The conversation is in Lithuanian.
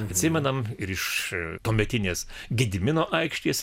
atsimenam ir iš tuometinės gedimino aikštės